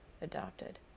adopted